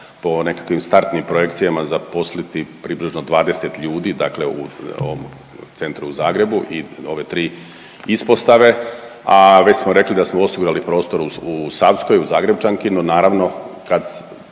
po nekakvim startnim projekcijama zaposliti približno 20 ljudi, dakle u centru u Zagrebu i ove tri ispostave, a već smo rekli da smo osigurali prostor u Savskoj u Zagrepčanki no naravno kad,